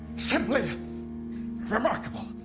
simply remarkable!